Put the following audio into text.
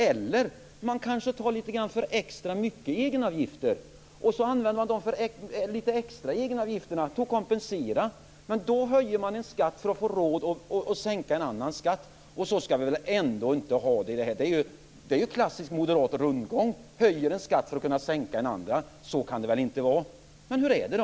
Eller så kanske man tar litet extra mycket i egenavgifter, och så använder man det till att kompensera. Men i så fall höjer man en skatt för att få råd att sänka en annan, och så skall vi väl ändå inte ha det. Det är ju klassisk moderat rundgång, att höja en skatt för att kunna sänka en annan. Så kan det väl inte vara! Men hur är det då?